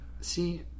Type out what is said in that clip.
See